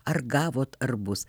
ar gavot ar bus